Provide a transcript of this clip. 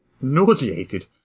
nauseated